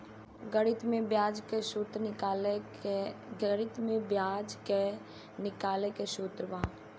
गणित में ब्याज के निकाले के सूत्र बा